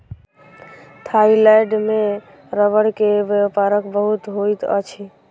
Thailand में रबड़ के व्यापार बहुत होइत अछि